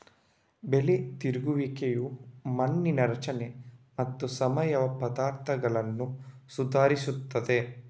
ಬೆಳೆ ತಿರುಗುವಿಕೆಯು ಮಣ್ಣಿನ ರಚನೆ ಮತ್ತು ಸಾವಯವ ಪದಾರ್ಥಗಳನ್ನು ಸುಧಾರಿಸುತ್ತದೆ